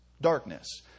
darkness